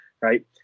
right